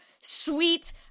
sweet